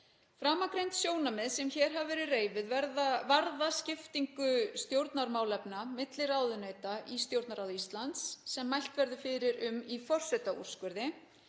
Framangreind sjónarmið sem hér hafa verið reifuð varða skiptingu stjórnarmálefna milli ráðuneyta í Stjórnarráði Íslands sem mælt verður fyrir um í forsetaúrskurði